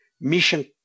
mission